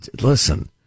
listen